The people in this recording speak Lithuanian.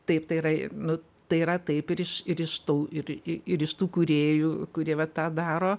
taip tai yra nu tai yra taip ir iš ir iš tų ir i ir iš tų kūrėjų kurie vat tą daro